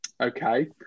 okay